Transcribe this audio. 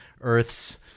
Earth's